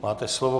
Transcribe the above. Máte slovo.